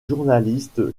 journaliste